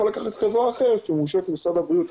לקחת חברה פרטית אחרת שמורשית על ידי משרד הבריאות.